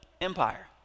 Empire